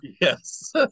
Yes